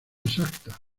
exacta